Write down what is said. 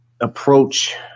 approach